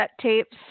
tapes